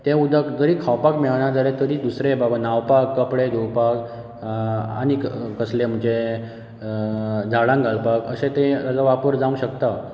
तें उदक जरी खावपाक मेळाना जाल्या तरी दुसरें बाबा न्हांवपाक कपडे धुंवपाक आनीक कसलें म्हणजे झाडांक घालपाक अशें तें ताजो वापर जावंक शकता